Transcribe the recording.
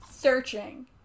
searching